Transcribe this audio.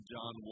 John